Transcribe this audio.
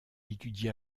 étudia